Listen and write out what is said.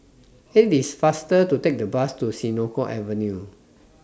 IT IS faster to Take The Bus to Senoko Avenue